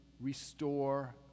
restore